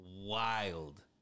wild